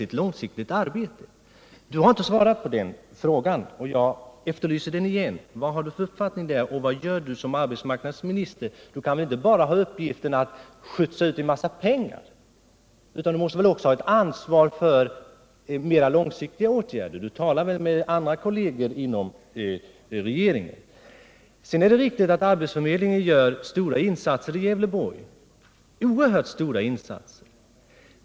På min fråga i det avseendet har jag inte fått något svar, och jag ställer den därför igen: Vad har Rolf Wirtén här för uppfattning och vad gör han här som arbetsmarknadsminister? Arbetsmarknadsministerns uppgift kan väl inte bara vara att skjutsa ut en massa pengar, utan han måste väl också ha ett ansvar för de mer långsiktiga åtgärderna. Arbetsmarknadsministern talar väl med sina kolleger inom regeringen? Sedan är det riktigt att arbetsförmedlingen gör stora insatser i Gävleborgs län — oerhört stora insatser.